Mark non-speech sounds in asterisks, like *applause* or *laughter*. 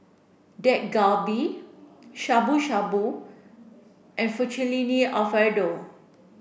Dak Galbi Shabu shabu and *unintelligible* Alfredo